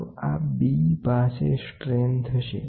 તો આ b પાસે સટ્રેન મળશે